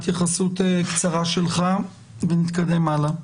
התייחסות קצרה שלך ונתקדם הלאה.